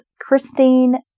Christine